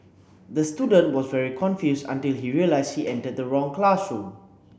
the student was very confused until he realised he entered the wrong classroom